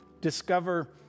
discover